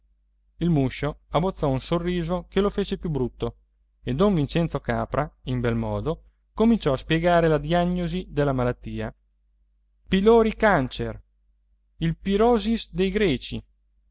il muscio abbozzò un sorriso che lo fece più brutto e don vincenzo capra in bel modo cominciò a spiegare la diagnosi della malattia pylori cancer il pyrosis dei greci